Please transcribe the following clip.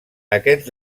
aquests